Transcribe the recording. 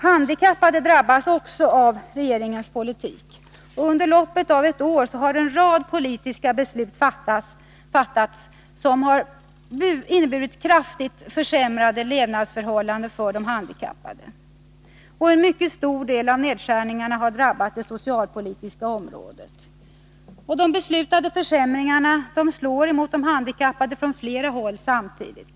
Handikappade drabbas också av regeringens politik. Under loppet av ett år har en rad politiska beslut fattats som sammantagna inneburit kraftigt försämrade levnadsförhållanden för handikappade. En mycket stor del av nedskärningarna har drabbat det socialpolitiska området. De beslutade försämringarna slår mot de handikappade från flera håll samtidigt.